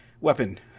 Weapon